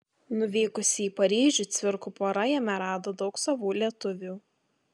nuvykusi į paryžių cvirkų pora jame rado daug savų lietuvių